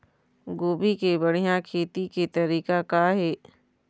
गोभी के बढ़िया खेती के तरीका का हे?